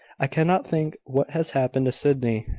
i cannot think what has happened to sydney,